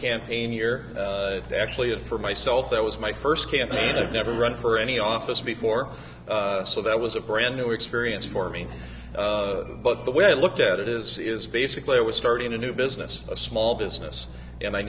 campaign year to actually have for myself that was my first campaign that never run for any office before so that was a brand new experience for me but the way i looked at it is is basically i was starting a new business a small business and i